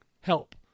help